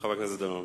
חבר הכנסת דנון.